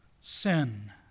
sin